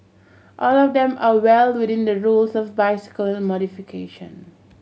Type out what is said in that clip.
all of them are well within the rules of bicycle modification